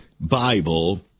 Bible